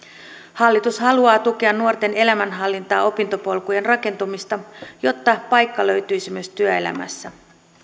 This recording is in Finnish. hallitus haluaa tukea nuorten elämänhallintaa opintopolkujen rakentumista jotta paikka löytyisi myös työelämässä